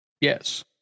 yes